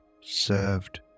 served